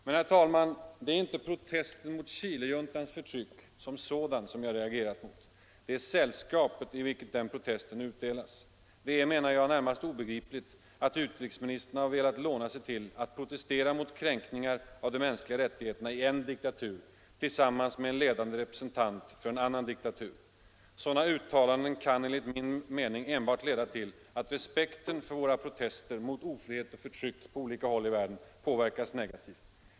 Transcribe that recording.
Men, herr talman, det är inte protesten mot Chilejuntans förtryck som sådan som jag reagerar mot. Det är sällskapet i vilket den protesten utdelas. Det är, menar jag, närmast obegripligt att utrikesmininstern har velat låna sig till att protestera mot kränkningar av de mänskliga rättigheterna i en diktatur tillsammans med en ledande representant för en annan diktatur. Sådana uttalanden kan enligt min mening enbart leda till att respekten för våra protester mot ofrihet och förtryck på olika håll i världen påverkas negativt.